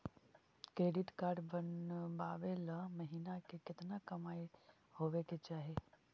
Credit card बनबाबे ल महीना के केतना कमाइ होबे के चाही?